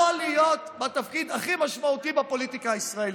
יכול להיות בתפקיד הכי משמעותי בפוליטיקה הישראלית,